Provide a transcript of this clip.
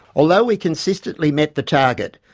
although we consistently met the target,